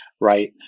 right